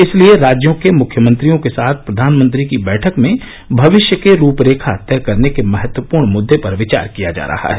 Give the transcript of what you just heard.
इसलिए राज्यों के मुख्यमंत्रियों के साथ प्रघानमंत्री की बैठक में भविष्य के रूप रेखा तय करने के महत्वपूर्ण मुद्दे पर विचार किया जा रहा है